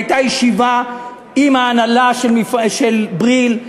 הייתה ישיבה עם ההנהלה של "בריל",